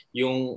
yung